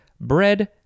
bread